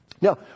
now